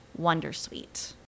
wondersuite